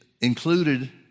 included